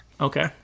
Okay